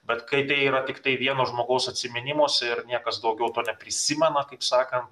bet kai tai yra tiktai vieno žmogaus atsiminimuose ir niekas daugiau to neprisimena kaip sakant